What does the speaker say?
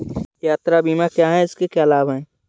यात्रा बीमा क्या है इसके क्या लाभ हैं?